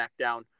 SmackDown